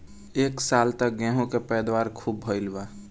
ए साल त गेंहू के पैदावार खूब भइल बा